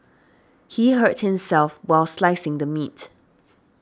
he hurts himself while slicing the meat